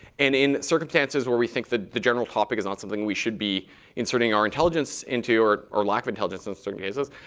and in circumstances where we think the the general topic is not something we should be inserting our intelligence into, or or lack of intelligence in certain cases,